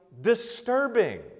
disturbing